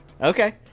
okay